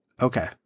Okay